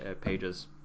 pages